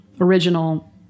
original